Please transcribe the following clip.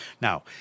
now